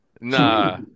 Nah